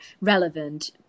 relevant